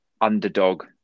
underdog